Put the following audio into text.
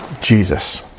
Jesus